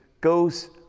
goes